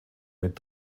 mit